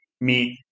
meet